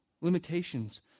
limitations